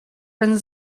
ten